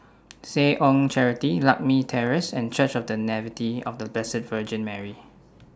Seh Ong Charity Lakme Terrace and Church of The Nativity of The Blessed Virgin Mary